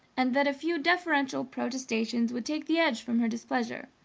and that a few deferential protestations would take the edge from her displeasure.